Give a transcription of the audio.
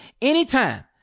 anytime